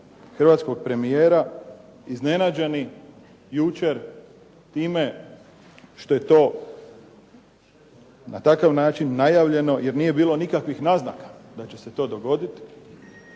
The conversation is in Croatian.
hrvatskog premijera, iznenađeni jučer time što je to na takav način najavljeno jer nije bilo nikakvih naznaka da će se to dogoditi